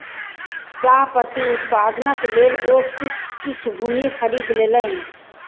चाह पत्ती उत्पादनक लेल ओ किछ भूमि खरीद लेलैन